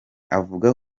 avuga